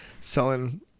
Selling